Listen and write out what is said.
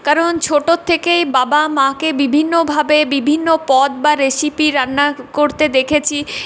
কারণ ছোটোর থেকেই বাবা মাকে বিভিন্নভাবে বিভিন্ন পদ বা রেসিপি রান্না করতে দেখেছি